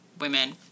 women